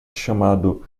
chamado